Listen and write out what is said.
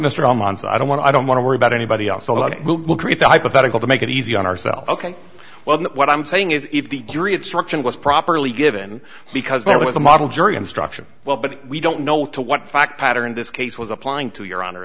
so i don't want to i don't want to worry about anybody else so i will create the hypothetical to make it easier on ourselves ok well what i'm saying is if the jury instruction was properly given because there was a model jury instruction well but we don't know to what fact pattern this case was applying to your honor